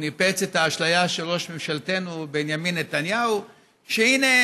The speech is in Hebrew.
ניפץ את האשליה של ראש ממשלתנו בנימין נתניהו שהינה,